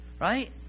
right